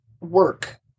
work